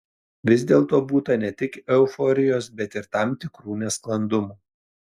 vis dėlto būta ne tik euforijos bet ir tam tikrų nesklandumų